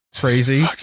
crazy